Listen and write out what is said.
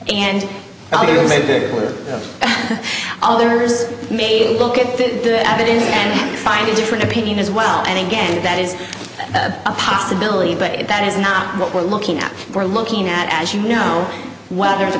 all there is made it look at the evidence and find a different opinion as well and again that is a possibility but that is not what we're looking at we're looking at as you know whether the